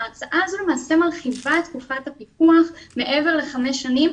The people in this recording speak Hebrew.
ההצעה הזו למעשה מרחיבה את תקופת הפיקוח מעבר לחמש שנים,